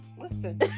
Listen